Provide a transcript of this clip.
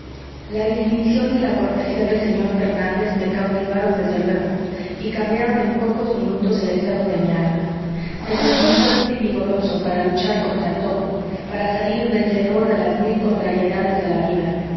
la distinción y la cortesía del señor fernández me cautivaron desde luego y cambiaron en pocos minutos el estado de mi alma me sentí fuerte y vigoroso para luchar contra todo para salir vencedor de las mil contrariedades de la vida